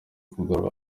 kugarura